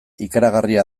ikaragarria